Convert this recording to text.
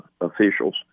officials